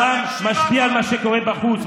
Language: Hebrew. גם משפיע על מה שקורה בחוץ.